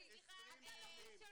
אני אטיף לך.